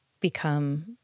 become